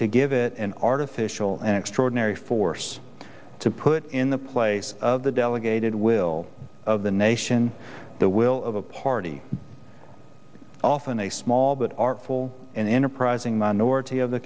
to give it an artificial and extraordinary force to put in the place of the delegated will of the nation the will of a party often a small but artful and enterprising minority of the